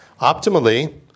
optimally